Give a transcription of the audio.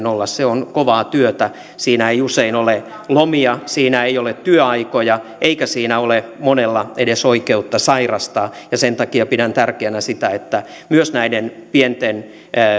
olla se on kovaa työtä siinä ei usein ole lomia siinä ei ole työaikoja eikä siinä ole monella edes oikeutta sairastaa ja sen takia pidän tärkeänä sitä että myös näiden pienten